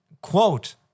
quote